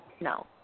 no